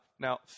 Now